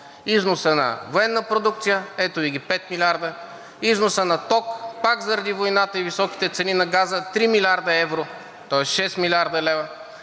Износът на военна продукция, ето Ви ги 5 милиарда, износът на ток пак заради войната и високите цени на газа – 3 млрд. евро, тоест 6 млрд. лв.,